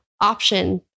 option